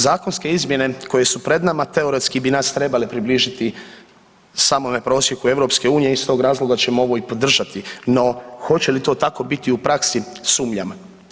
Zakonske izmjene koje su pred nama teoretski bi nas trebale približiti samome prosjeku EU iz tog razloga ćemo ovo i podržati, no hoće li to tako biti u praksi sumnjam.